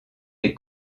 des